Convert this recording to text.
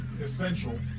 essential